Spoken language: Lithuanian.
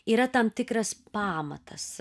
yra tam tikras pamatas